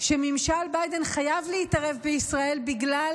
שממשל ביידן חייב להתערב בישראל בגלל